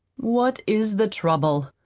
what is the trouble?